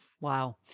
Wow